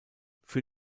für